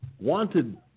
wanted